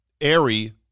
airy